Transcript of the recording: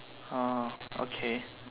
uh okay